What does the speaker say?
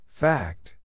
Fact